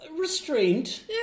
Restraint